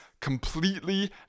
completely